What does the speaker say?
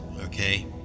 Okay